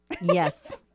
Yes